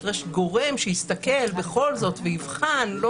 נדרש גורם שיסתכל בכל זאת ויבחן.